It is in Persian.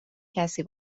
کسی